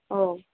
ఓ